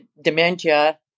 dementia